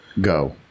go